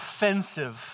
offensive